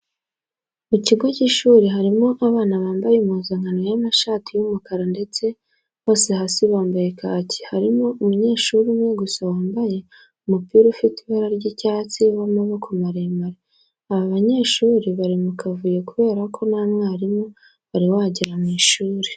Mu kigo cy'ishuri harimo abana bambaye impuzankano y'amashati y'umukara ndetse bose hasi bambaye kaki. Harimo umunyeshuri umwe gusa wambaye umupira ufite ibara ry'icyasti w'amaboko maremare. Aba banyeshuri bari mu kavuyo kubera ko nta mwarimu wari wagera mu ishuri.